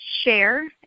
share